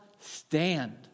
stand